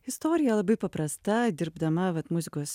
istorija labai paprasta dirbdama vat muzikos